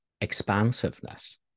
expansiveness